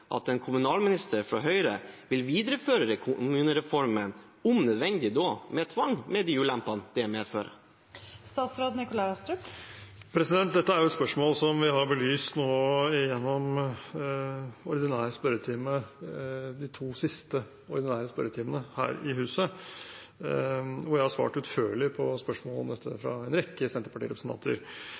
at en kommunalminister fra Høyre vil videreføre kommunereformen, om nødvendig med tvang, med de ulempene det medfører? Dette er jo et spørsmål som vi har belyst nå gjennom de to siste ordinære spørretimene her i huset, hvor jeg har svart utførlig på spørsmål om dette fra en rekke